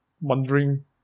wondering